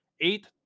Eight